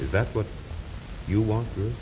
is that what you want